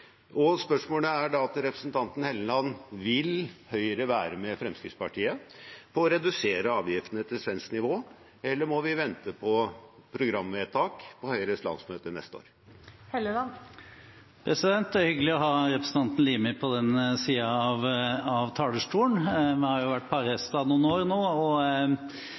Spørsmålet til representanten Helleland er: Vil Høyre være med Fremskrittspartiet på å redusere avgiftene til svensk nivå, eller må vi vente på programvedtak på Høyres landsmøte neste år? Det er hyggelig å ha representanten Limi på den siden av talerstolen. Vi har jo vært parhester noen år, og jeg føler at vi fortsatt har et greit forhold og